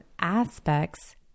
aspects